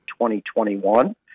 2021